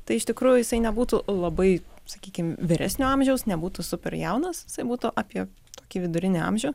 tai iš tikrųjų jisai nebūtų labai sakykim vyresnio amžiaus nebūtų super jaunas jisai būtų apie tokį vidurinį amžių